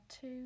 two